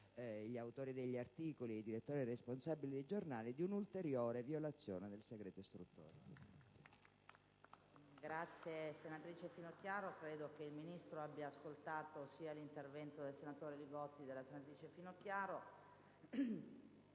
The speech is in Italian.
ringrazio, senatrice Finocchiaro. Credo che il Ministro abbia ascoltato sia l'intervento del senatore Li Gotti che quello della senatrice Finocchiaro.